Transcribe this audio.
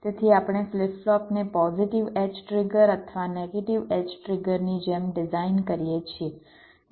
તેથી આપણે ફ્લિપ ફ્લોપને પોઝિટિવ એડ્જ ટ્રિગર અથવા નેગેટિવ એડ્જ ટ્રિગર ની જેમ ડિઝાઇન કરીએ છીએ